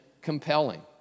compelling